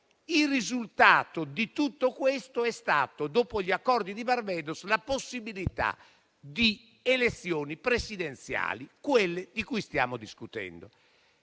Il risultato di tutto questo è stato, dopo gli accordi di Barbados, la possibilità di elezioni presidenziali, quelle di cui stiamo discutendo.